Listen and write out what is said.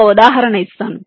ఒక ఉదాహరణ ఇస్తాను